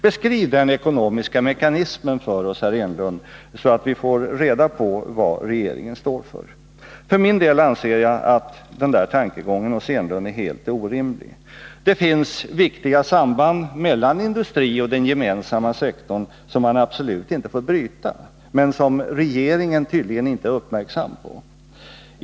Beskriv den ekonomiska mekanismen för oss, herr Enlund, så att vi får reda på vad regeringen står för. För min del anser jag att herr Enlunds tankegång är helt orimlig. Det finns viktiga samband mellan industri och den gemensamma sektorn som man absolut inte får bryta, men som regeringen tydligen inte är uppmärksam på.